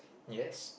yes